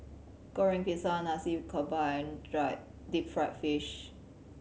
Goreng Pisang Nasi Campur and dry deep fried fish